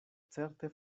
certe